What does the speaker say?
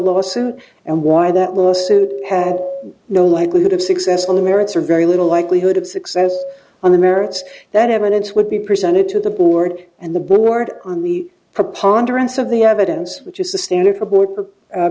lawsuit and why that lawsuit had no likelihood of success on the merits or very little likelihood of success on the merits that evidence would be presented to the board and the board on the preponderance of the evidence which is the standard for board